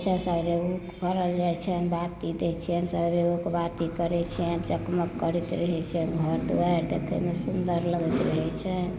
रंग करल जाइ छनि बाती दै छियनि सगरे ओर बाती दै छियनि चकमक करैत रहै छै घर द्वारि देखेमे सुन्दर लगैत रहैत छनि